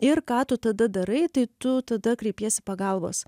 ir ką tu tada darai tai tu tada kreipiesi pagalbos